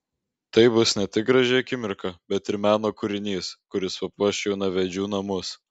tai bus ne tik graži akimirka bet ir meno kūrinys kuris papuoš jaunavedžių namus